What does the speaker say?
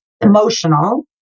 emotional